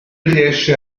riesce